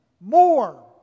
more